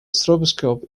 stroboscope